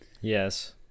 Yes